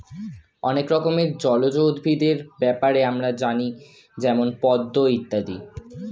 অনেক রকমের জলজ উদ্ভিদের ব্যাপারে আমরা জানি যেমন পদ্ম ইত্যাদি